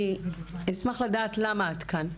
אני אשמח לדעת למה את כאן?